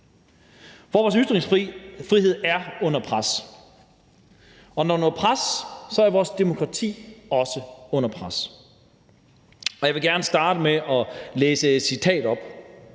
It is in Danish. For vores ytringsfrihed er under pres, og når den er under pres, er vores demokrati også under pres. Og jeg vil gerne starte med at læse et citat op,